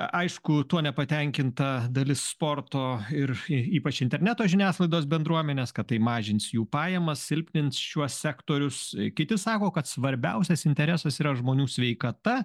aišku tuo nepatenkinta dalis sporto ir y ypač interneto žiniasklaidos bendruomenės kad tai mažins jų pajamas silpnins šiuos sektorius kiti sako kad svarbiausias interesas yra žmonių sveikata